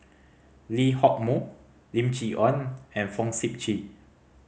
Lee Hock Moh Lim Chee Onn and Fong Sip Chee